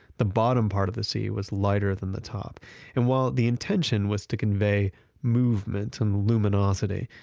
the bottom part of the c was lighter than the top and while the intention was to convey movement and luminosity,